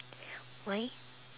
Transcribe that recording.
why